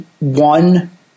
one